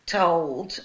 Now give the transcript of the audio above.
told